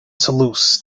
toulouse